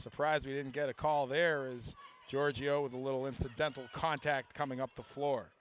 surprise we didn't get a call there is giorgio with a little incidental contact coming up the floor